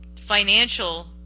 financial